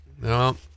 No